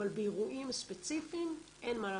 אבל באירועים ספציפיים אין מה לעשות,